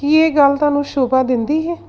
ਕੀ ਇਹ ਗੱਲ ਤੁਹਾਨੂੰ ਸ਼ੋਭਾ ਦਿੰਦੀ ਹੈ